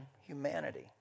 humanity